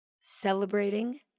celebrating